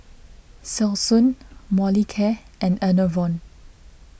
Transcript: Selsun Molicare and Enervon